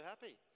happy